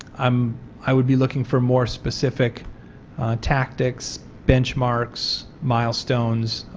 um i would be looking for more specific tactics, benchmarks, milestones,